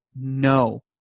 no